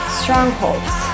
strongholds